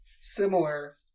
similar